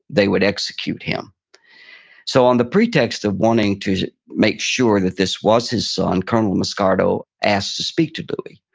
they would execute him so on the pretext of wanting to to make sure this was his son, colonel moscardo asked to speak to louis.